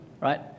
right